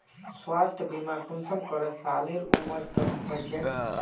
स्वास्थ्य बीमा कुंसम करे सालेर उमर तक होचए?